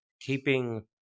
keeping